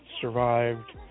survived